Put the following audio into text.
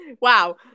Wow